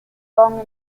gong